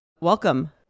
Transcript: welcome